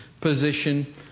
position